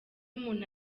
umuntu